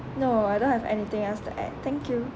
no I don't have anything else to add thank you